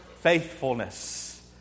faithfulness